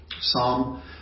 Psalm